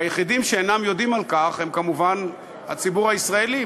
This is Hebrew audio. והיחידים שאינם יודעים על כך הם כמובן הציבור הישראלי,